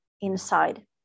inside